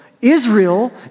Israel